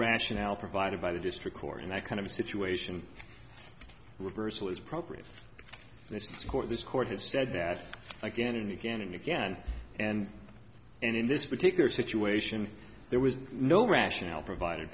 rationale provided by the district court in that kind of situation reversal is appropriate for this court this court has said that i can and again and again and and in this particular situation there was no rationale provided